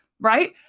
right